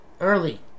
Early